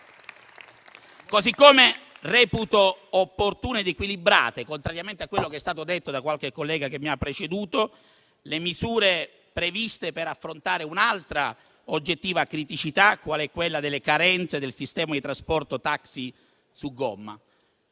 modo reputo opportune ed equilibrate - contrariamente a quanto è stato detto da qualche collega che mi ha preceduto - le misure previste per affrontare un'altra oggettiva criticità, qual è quella delle carenze del sistema di trasporto taxi su gomma.